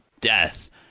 death